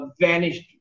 vanished